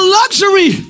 luxury